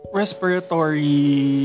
respiratory